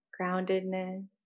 groundedness